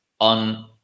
on